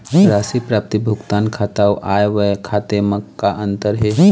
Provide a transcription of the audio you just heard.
राशि प्राप्ति भुगतान खाता अऊ आय व्यय खाते म का अंतर हे?